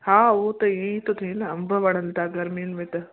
हाउहो त ईअं ई थो थिए न अंब वणनि था गर्मियुनि में त